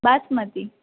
basmati